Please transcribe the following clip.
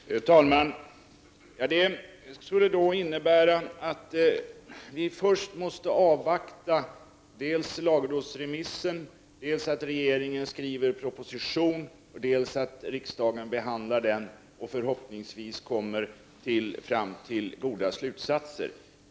Herr talman! Detta skulle innebära att vi först måste avvakta dels att lagrådsremissen blir klar, dels att regeringen skriver en proposition och dels att riksdagen behandlar frågan och förhoppningsvis kommer fram till goda slutsatser.